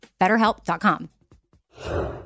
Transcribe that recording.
BetterHelp.com